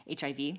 HIV